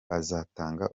bazatanga